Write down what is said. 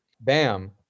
Bam